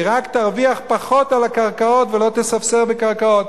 היא רק תרוויח פחות על הקרקעות ולא תספסר בקרקעות.